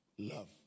love